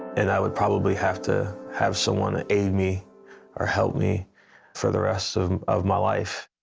and i would probably have to have someone ah aid me or help me for the rest of my life.